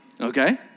okay